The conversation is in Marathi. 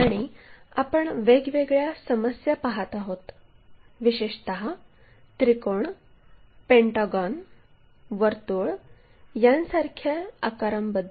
आणि आपण वेगवेगळ्या समस्या पहात आहोत विशेषत त्रिकोण पेंटागॉन वर्तुळ यांसारखे आकारांबद्दल